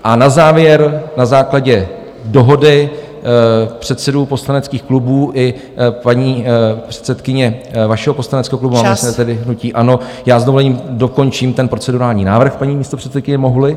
A na závěr na základě dohody předsedů poslaneckých klubů i paní předsedkyně, vašeho poslaneckého klubu, hnutí ANO Já s dovolením dokončím ten procedurální návrh, paní místopředsedkyně, mohuli?